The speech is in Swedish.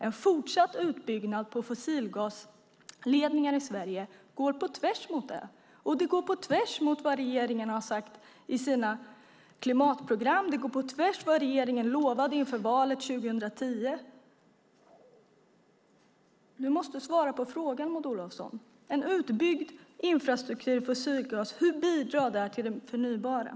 En fortsatt utbyggnad av fossilgasledningar i Sverige går på tvärs mot det, och det går på tvärs mot vad regeringen har sagt i sina klimatprogram. Det går på tvärs mot vad regeringen lovade inför valet 2010. Du måste svara på frågan, Maud Olofsson. Hur bidrar en utbyggd infrastruktur för fossilgas till det förnybara?